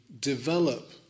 develop